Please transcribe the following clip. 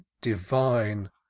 divine